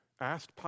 asked